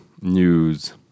news